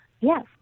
Yes